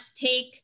take